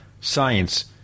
science